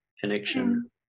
connection